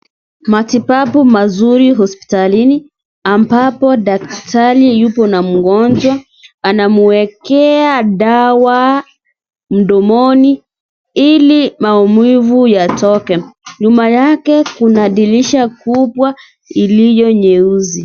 Matibabu mazuri hospitalini. Ambapo daktari yupo na mgonjwa. Anamuwekea dawa mdomoni ili maumivu yatoke. Nyuma yake kuna dirisha kubwa iliyo nyeuzi.